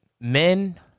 men